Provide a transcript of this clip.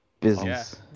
Business